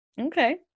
Okay